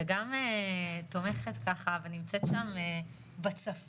לשים לב לדברים האלה,